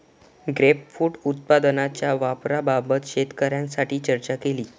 grapefruit उत्पादनाच्या वापराबाबत शेतकऱ्यांशी चर्चा केली